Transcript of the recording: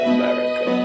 America